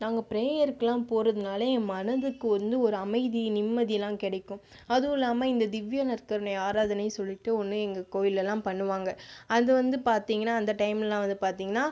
நாங்கள் ப்ரேயருக்கெல்லாம் போகிறதுனால என் மனதுக்கு வந்து ஒரு அமைதி நிம்மதியெல்லாம் கிடைக்கும் அதுவும் இல்லாமல் இந்த திவ்ய நற்கருணை ஆராதனைனு சொல்லிட்டு ஒன்று எங்கள் கோவில்லெல்லாம் பண்ணுவாங்கள் அது வந்து பார்த்தீங்கனா அந்த டைம்லெல்லாம் வந்து பார்த்தீங்கனா